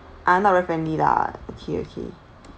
ah not very friendly lah okay okay